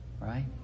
right